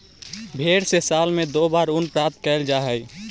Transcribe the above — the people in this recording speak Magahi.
भेंड से साल में दो बार ऊन प्राप्त कैल जा हइ